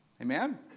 Amen